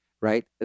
right